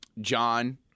John